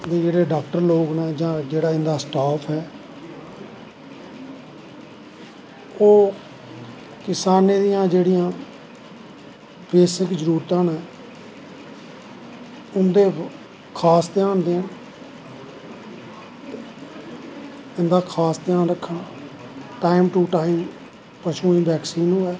दे जेह्ड़े डाक्टर लोग नै जां इंदा जेह्ड़ा स्टाफ ऐ ओह् किसानें दियां जेह्ड़ियां बेसिक जरूरतां न उंदे पर कास ध्यान देन इंदा कास ध्यान रक्खन टाईम टू टाईम पशुएं गी बैक्सीन होऐ